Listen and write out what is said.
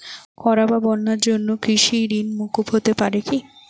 খরা বা বন্যার জন্য কৃষিঋণ মূকুপ হতে পারে কি?